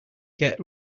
get